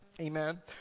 amen